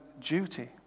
duty